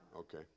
Okay